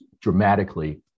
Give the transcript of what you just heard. dramatically